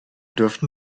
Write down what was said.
dürften